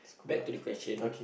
back to the question